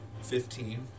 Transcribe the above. Fifteen